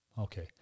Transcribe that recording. okay